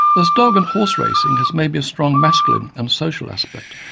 thus dog and horse racing has maybe a strong masculine and social aspect,